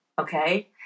okay